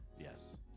Yes